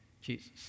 Jesus